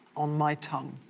on my tongue.